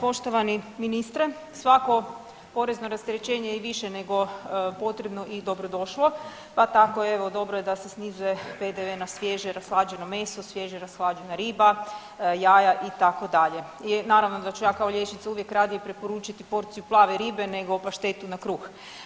Poštovani ministre svako porezno rasterećenje je i više nego potrebno i dobrodošlo, pa tako evo dobro je da se snizuje PDV na svježe i rashlađeno meso, svježe i rashlađena riba, jaja itd., i naravno da ću ja kao liječnica uvijek radije preporučiti porciju plave ribe nego paštetu na kruh.